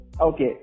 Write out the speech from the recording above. okay